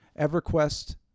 everquest